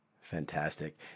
Fantastic